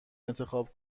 انتخاب